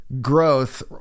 growth